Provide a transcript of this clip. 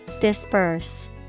Disperse